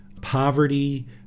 poverty